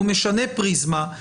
הוא משנה פריזמה.